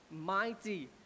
mighty